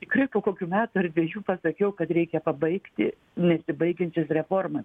tikrai po kokių metų ar dviejų pasakiau kad reikia pabaigti nesibaigiančias reformas